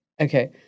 Okay